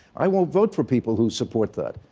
i won't vote for people who support that,